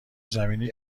زمینی